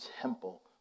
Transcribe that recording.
temple